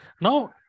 Now